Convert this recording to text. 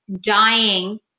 dying